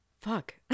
Fuck